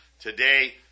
Today